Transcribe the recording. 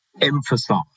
emphasize